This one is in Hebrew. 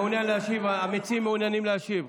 המציעים מעוניינים להשיב.